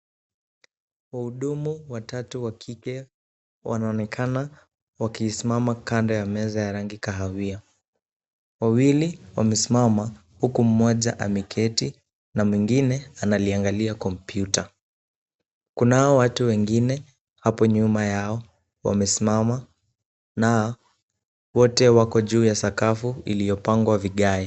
Wahudumu watatu wakike, wanonekana wakiisimama kando ya meza ya rangi kahawia. Wawili, wamesimama, huku mmoja ameketi na mwingine analiangalia computer , Kunao watu wengine, hapo nyuma yao, wamesimama, na wote wako juu ya sakafu iliyopangwa vigae.